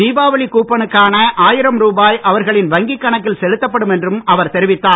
தீபாவளி கூப்பனுக்கான ஆயிரம் ரூபாய் அவர்களின் வங்கிக் கணக்கில் செலுத்தப்படும் என்றும் அவர் தெரிவித்தார்